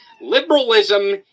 Liberalism